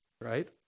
Right